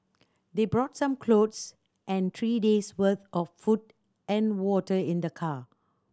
they brought some clothes and three days worth of food and water in the car